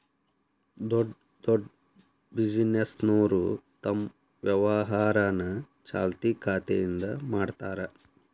ದೊಡ್ಡ್ ದೊಡ್ಡ್ ಬಿಸಿನೆಸ್ನೋರು ತಮ್ ವ್ಯವಹಾರನ ಚಾಲ್ತಿ ಖಾತೆಯಿಂದ ಮಾಡ್ತಾರಾ